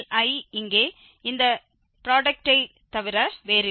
Li இங்கே இந்த ப்ராடக்டை தவிர வேறில்லை